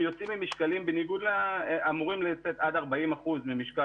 הם יוצאים עם משקלים אמורים לשאת עד 40 אחוזים ממשקל